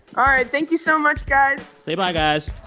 all right. thank you so much, guys say bye, guys